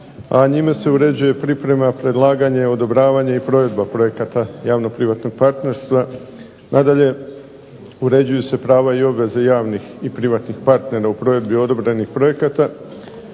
a njime se uređuje priprema, predlaganje, odobravanje i provedba projekata javno-privatnog partnerstva. Nadalje, uređuju se prava i obveze javnih i privatnih partnera u provedbi odobrenih projekata